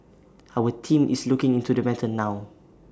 our team is looking into the matter now